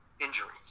injuries